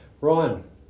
Ryan